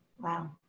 Wow